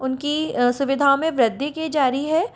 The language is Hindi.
उनकी सुविधाओं में वृद्धि की जा रही है